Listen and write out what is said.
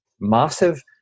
massive